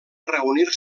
reunir